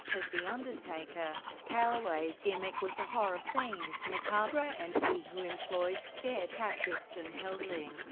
as the undertaker, calaway's gimmick was a horror-themed, macabre entity who employed scare tactics and held links